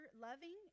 loving